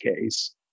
case